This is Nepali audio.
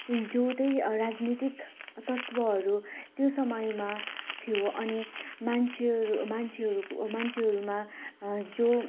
जुन त्यही राजनीतिक तत्त्वहरू त्यो समयमा थियो अनि मान्छेहरू मान्छेहरूको मान्छेहरूमा जुन